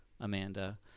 Amanda